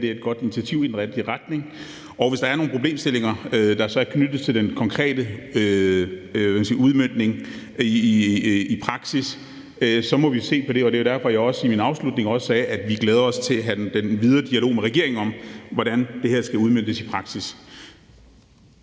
her er et godt initiativ i den rigtige retning, og hvis der er nogle problemstillinger, der er knyttet til den konkrete udmøntning i praksis, så må vi se på det. Det er også derfor, at jeg i min afslutning sagde, at vi glæder os til at have den videre dialog med regeringen om, hvordan det her skal udmøntes i praksis.